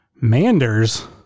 manders